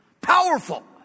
powerful